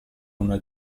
una